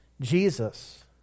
Jesus